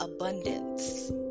abundance